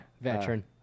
Veteran